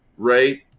right